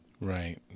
Right